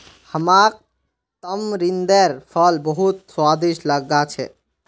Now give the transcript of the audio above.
हमाक तमरिंदेर फल बहुत स्वादिष्ट लाग छेक